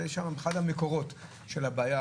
זה אחד המקורות של הבעיה